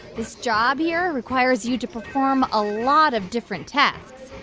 this job here requires you to perform a lot of different tasks.